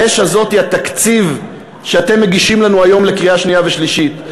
האש הזאת היא התקציב שאתם מגישים לנו היום לקריאה שנייה ושלישית,